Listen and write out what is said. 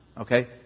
Okay